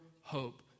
hope